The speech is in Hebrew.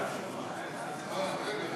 ועדת הכנסת